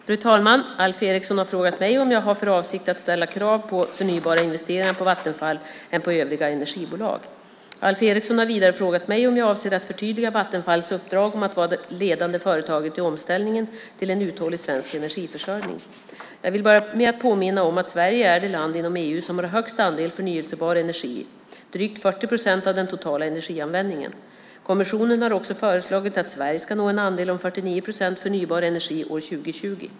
Fru talman! Alf Eriksson har frågat mig om jag har för avsikt att ställa större krav på förnybara investeringar på Vattenfall än på övriga energibolag. Alf Eriksson har vidare frågat mig om jag avser att förtydliga Vattenfalls uppdrag om att vara det ledande företaget i omställningen till en uthållig svensk energiförsörjning. Jag vill börja med att påminna om att Sverige är det land inom EU som har högst andel förnybar energi, drygt 40 procent av den totala energianvändningen. Kommissionen har också föreslagit att Sverige ska nå en andel om 49 procent förnybar energi år 2020.